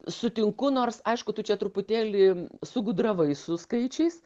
sutinku nors aišku tu čia truputėlį sugudravai su skaičiais